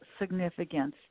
significance